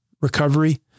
recovery